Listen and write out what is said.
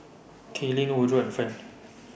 Kaylynn Woodroe and Friend